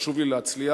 חשוב לי להצליח,